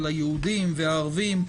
היהודים והערבים,